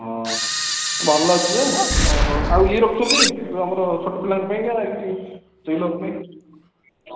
ହଁ ଭଲ ଅଛି ଯେ ଆଉ ଇଏ ରଖୁଛ କି ଯେଉଁ ଆମର ଛୋଟପିଲାଙ୍କ ପାଇଁକା ସ୍ତ୍ରୀ ଲୋକ ପାଇଁ